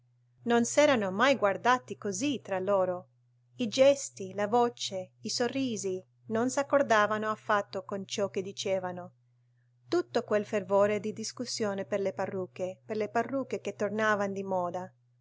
non s'erano mai guardati così tra loro i gesti la voce i sorrisi non s'accordavano affatto con ciò che dicevano tutto quel fervore di discussione per le parrucche per le parrucche che tornavan di moda